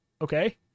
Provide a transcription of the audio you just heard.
Okay